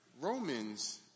Romans